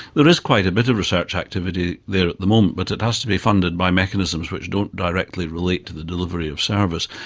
there is quite a bit of research activity there at the moment, but it has to be funded by mechanisms which don't directly relate to the delivery of service,